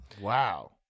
Wow